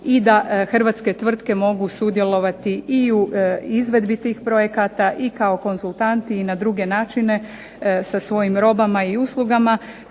i da hrvatske tvrtke mogu sudjelovati i u izvedbi tih projekata i kao konzultanti i na druge načine sa svojim robama i uslugama